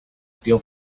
steal